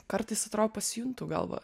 kartais atro pasijuntu gal va